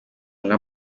nka